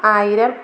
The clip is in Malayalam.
ആയിരം